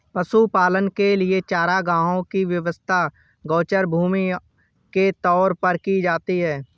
पशुपालन के लिए चारागाहों की व्यवस्था गोचर भूमि के तौर पर की जाती है